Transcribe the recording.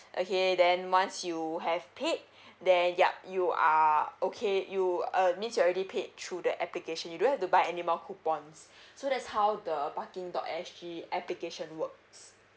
okay then once you have paid then yup you are okay you uh means you already paid through the application you don't have to buy anymore coupons so that's how the parking dot s g application works